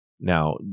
Now